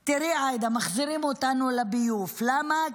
תראי, עאידה, מחזירים אותנו לביוב, למה?